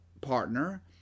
partner